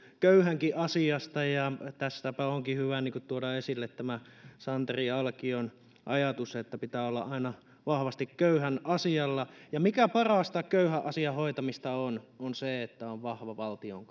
köyhänkin asiasta tästäpä onkin hyvä tuoda esille santeri alkion ajatus että pitää olla aina vahvasti köyhän asialla ja mikä on parasta köyhän asian hoitamista se että on vahva valtion